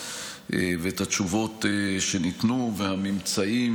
ואת התשובות שניתנו והממצאים